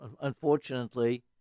unfortunately